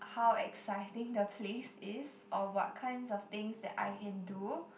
how exciting the place is or what kinds of things that I can do